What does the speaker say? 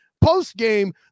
post-game